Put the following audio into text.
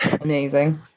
Amazing